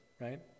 Right